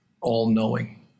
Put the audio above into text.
all-knowing